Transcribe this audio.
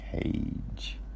cage